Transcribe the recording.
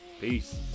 Peace